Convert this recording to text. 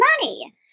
money